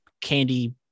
candy